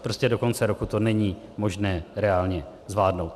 Prostě do konce roku to není možné reálně zvládnout.